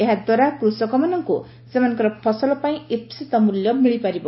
ଏହା ଦ୍ୱାରା କୃଷକମାନଙ୍କୁ ସେମାନଙ୍କର ଫସଲ ପାଇଁ ଇପ୍ସିତ ମୂଲ୍ୟ ମିଳିପାରିବ